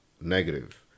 negative